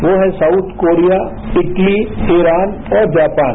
वो हैं सारकथ कोरिया इटली ईरान और जापान